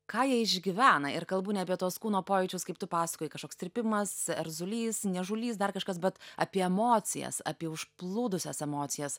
ką jie išgyvena ir kalbu ne apie tuos kūno pojūčius kaip tu pasakojai kažkoks tirpimas erzulys niežulys dar kažkas bet apie emocijas apie užplūdusias emocijas